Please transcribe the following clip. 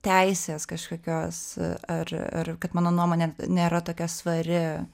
teisės kažkokios ar ar kad mano nuomonė nėra tokia svari